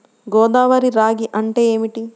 గోదావరి రాగి అంటే ఏమిటి?